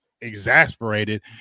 exasperated